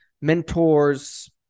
mentors